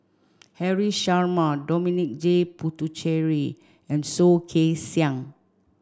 Haresh Sharma Dominic J Puthucheary and Soh Kay Siang